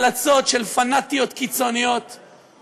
האזרחות אינה מטבע שסוחרים בו,